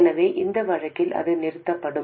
எனவே அந்த வழக்கில் அது நிறுத்தப்படும்